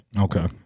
Okay